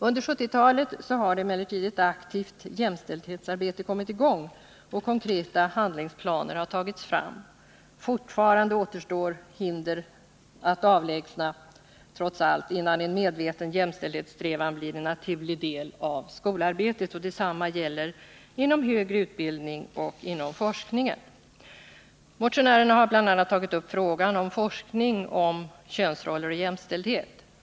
Under 1970-talet har emellertid ett aktivt jämställdhetsarbete kommit i gång och konkreta handlingsplaner tagits fram. Fortfarande återstår trots allt hinder att avlägsna, innan en medveten jämställdhetssträvan blir en naturlig del av skolarbetet. Detsamma gäller inom den högre utbildningen och inom forskningen. Motionärerna har bl.a. tagit upp frågan om forskning beträffande könsroller och jämställdhet.